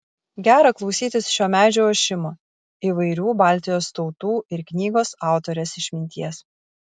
gera klausytis šio medžio ošimo įvairių baltijos tautų ir knygos autorės išminties